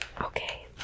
Okay